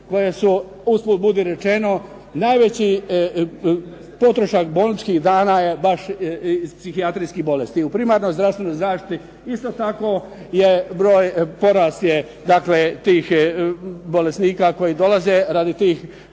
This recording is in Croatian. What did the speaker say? koje su, usput budi rečeno, najveći potrošak bolničkih dana je baš iz psihijatrijskih bolesti. U primarnoj zdravstvenoj zaštiti isto tako je broj, porast je dakle tih bolesnika koji dolaze radi tih